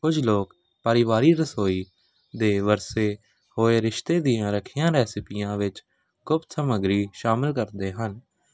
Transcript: ਕੁਝ ਲੋਕ ਪਰਿਵਾਰੀ ਰਸੋਈ ਦੇ ਵਰਸੇ ਹੋਏ ਰਿਸ਼ਤੇ ਦੀਆਂ ਰੱਖੀਆਂ ਰੈਸਪੀਆਂ ਵਿੱਚ ਗੁਪਤ ਸਮੱਗਰੀ ਸ਼ਾਮਿਲ ਕਰਦੇ ਹਨ